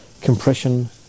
compression